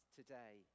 today